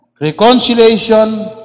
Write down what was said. reconciliation